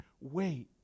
wait